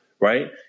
right